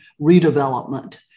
redevelopment